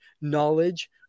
knowledge